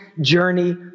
journey